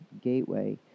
gateway